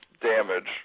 damage